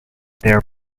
their